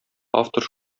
автор